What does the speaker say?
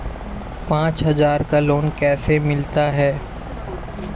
पचास हज़ार का लोन कैसे मिलता है?